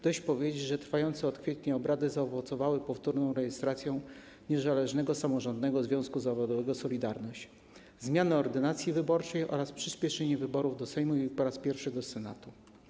Dość powiedzieć, że trwające od kwietnia obrady zaowocowały powtórną rejestracją Niezależnego Samorządnego Związku Zawodowego ˝Solidarność˝, zmianą ordynacji wyborczej oraz przyspieszeniem wyborów do Sejmu i po raz pierwszy do Senatu.